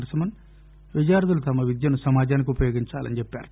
నరసింహన్ విద్యార్థులు తమ విద్యను సమాజానికి ఉపయోగించాలని చెప్పారు